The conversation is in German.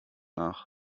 nach